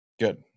Good